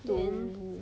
to